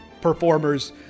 performers